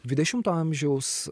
dvidešimto amžiaus